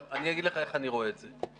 אני אגיד לך איך אני רואה את זה.